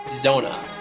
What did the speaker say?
Zona